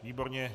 Výborně.